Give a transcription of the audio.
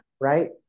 right